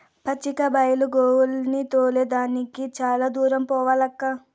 పచ్చిక బైలు గోవుల్ని తోలే దానికి చాలా దూరం పోవాలక్కా